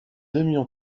aimions